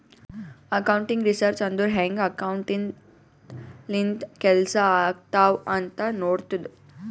accounting research ಅಂದುರ್ ಹ್ಯಾಂಗ್ accounting ಲಿಂತ ಕೆಲ್ಸಾ ಆತ್ತಾವ್ ಅಂತ್ ನೋಡ್ತುದ್